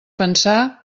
pensar